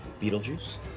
Beetlejuice